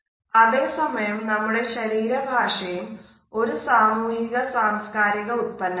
അതെ സമയം നമ്മുടെ ശരീര ഭാഷയും ഒരു സാമൂഹിക സാംസ്കാരിക ഉത്പന്നം ആണ്